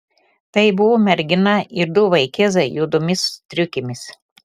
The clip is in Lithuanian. tai buvo mergina ir du vaikėzai juodomis striukėmis